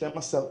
12 איש.